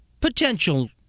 potential